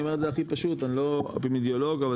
אני אומר את זה הכי פשוט אני לא אפידמיולוג אבל